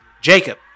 Jacob